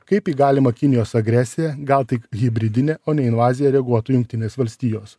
kaip į galimą kinijos agresiją gal tik hibridinę o ne invaziją reaguotų jungtinės valstijos